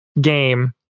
game